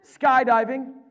skydiving